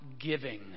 giving